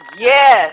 Yes